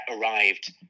arrived